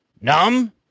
Numb